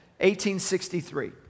1863